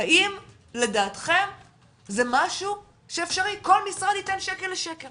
האם לדעתכם זה משהו שאפשרי, כל משרד ייתן שקל לשקל